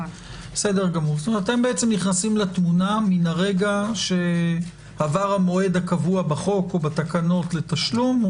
כלומר אתם נכנסים לתמונה מרגע שעבר המועד הקבוע בחוק או בתקנות לתשלום,